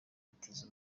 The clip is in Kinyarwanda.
bitiza